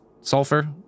Sulfur